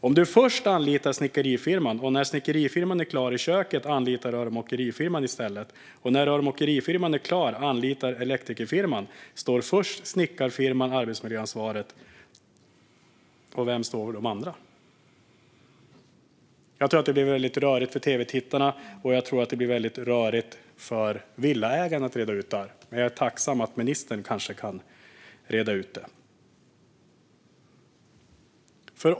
Om du först anlitar snickarfirman och när snickarfirman är klar i köket anlitar rörmokarfirman och när rörmokarfirman är klar anlitar elektrikerfirman står först snickarfirman för arbetsmiljöansvaret. Vem står för de andra? Jag tror att det blev väldigt rörigt för tv-tittarna. Och jag tror att det är väldigt rörigt för villaägarna att reda ut det här. Jag vore tacksam om ministern kanske kan reda ut det.